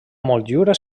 motllura